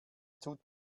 tut